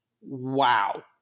Wow